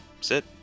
sit